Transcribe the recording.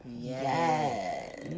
Yes